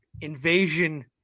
invasion